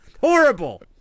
Horrible